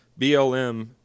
BLM